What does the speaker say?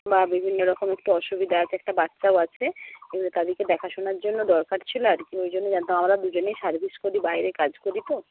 বা বিভিন্ন রকম একটু অসুবিধা আছে একটা বাচ্চাও আছে এবার তাদেরকে দেখাশোনার জন্য দরকার ছিল আর কি ওই জন্য আমরা দুজনেই সার্ভিস করি বাইরে কাজ করি তো